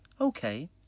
Okay